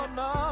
no